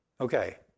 Okay